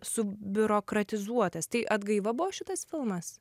su biurokratizuotas tai atgaiva buvo šitas filmas